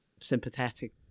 sympathetic